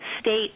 state